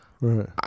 Right